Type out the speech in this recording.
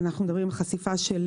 אנחנו מדברים על חשיפה של